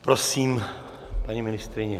Prosím, paní ministryně.